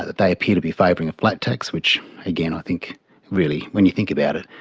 they appear to be favouring a flat tax, which again i think really, when you think about it,